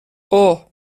اوه